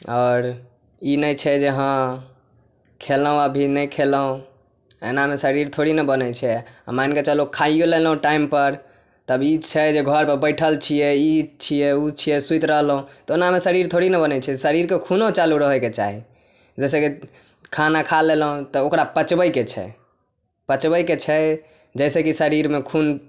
आओर ई नहि छै जे हँ खेलहुॅं अभी नहि खेलहुॅं ऐनामे शरीर थोड़े ने बनै छै मानि कऽ चलु खाइयो लेलहुॅं टाइम पर तब ई छै जे घर पर बैठल छियै ई छियै ओ छियै सुति रहलहुॅं तऽ ओनामे शरीर थोड़े ने बनै छै शरीर के खुनो चालु रहैके चाही जाहिसँ कि खाना खा लेलौ तऽ ओकरा पचबैके छै पचबैके छै जाहि सँ कि शरीरमे खुन